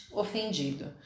ofendido